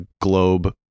globe